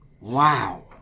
Wow